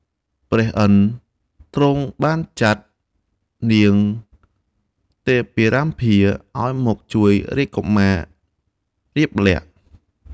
ព្រះឥន្ទ្រទ្រង់បានចាត់ នាងទេពរម្តាឱ្យមកជួយរាជកុមារ រាមលក្សណ៍។